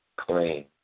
clean